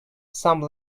some